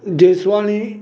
Jeswani